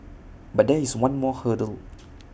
but there is one more hurdle